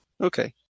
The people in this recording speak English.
Okay